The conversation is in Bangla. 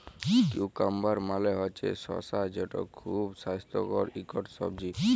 কিউকাম্বার মালে হছে শসা যেট খুব স্বাস্থ্যকর ইকট সবজি